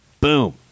boom